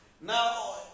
Now